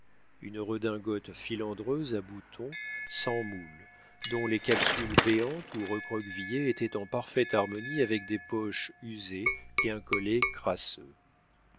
une redingote filandreuse à boutons sans moule dont les capsules béantes ou recroquevillées étaient en parfaite harmonie avec des poches usées et un collet crasseux